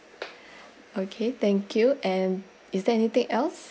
okay thank you and is there anything else